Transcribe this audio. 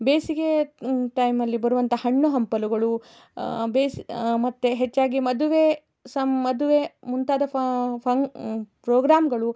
ಬೇಸಿಗೆ ಟೈಮಲ್ಲಿ ಬರುವಂಥ ಹಣ್ಣು ಹಂಪಲುಗಳು ಬೇಸಿ ಮತ್ತು ಹೆಚ್ಚಾಗಿ ಮದುವೆ ಸಮ್ ಮದುವೆ ಮುಂತಾದ ಫ ಫಂ ಪ್ರೋಗ್ರಾಮ್ಗಳು